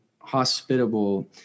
hospitable